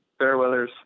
fairweathers